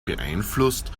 beeinflusst